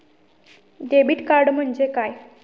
Debit card म्हणजे काय?